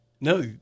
No